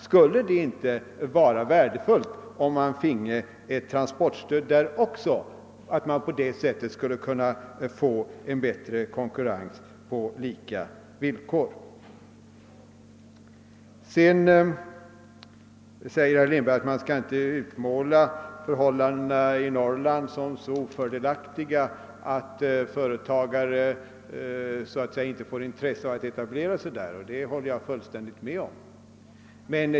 Menar inte herr Lindberg att det skulle vara en fördel att få stöd också vid dessa transporter, så att man kunde få en konkurrens på lika villkor? Sedan säger herr Lindberg att man inte bör utmåla förhållandena i Norrland som så ofördelaktiga, att företagare inte får intresse av att etablera sig där. Det håller jag fullständigt med om.